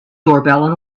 doorbell